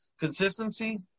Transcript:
consistency